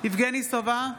יבגני סובה,